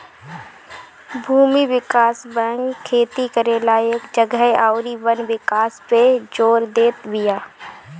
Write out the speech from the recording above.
भूमि विकास बैंक खेती करे लायक जगह अउरी वन विकास पअ जोर देत बिया